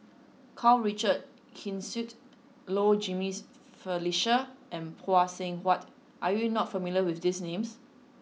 Karl Richard Hanitsch Low Jimenez Felicia and Phay Seng Whatt are you not familiar with these names